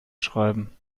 schreiben